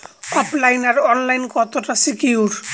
ওফ line আর online কতটা secure?